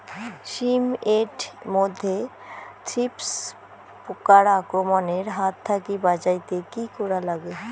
শিম এট মধ্যে থ্রিপ্স পোকার আক্রমণের হাত থাকি বাঁচাইতে কি করা লাগে?